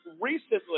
recently